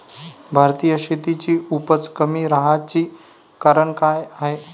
भारतीय शेतीची उपज कमी राहाची कारन का हाय?